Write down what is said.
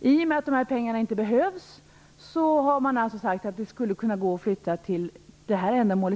I och med att dessa pengar inte behövs har man sagt att de skulle kunna gå att flytta till detta ändamål.